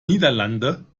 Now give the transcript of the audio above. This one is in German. niederlande